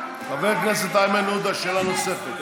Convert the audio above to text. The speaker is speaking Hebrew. חבר הכנסת איימן עודה, שאלה נוספת.